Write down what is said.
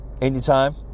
anytime